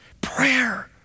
Prayer